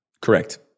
Correct